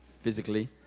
physically